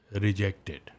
rejected